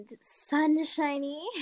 sunshiny